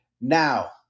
Now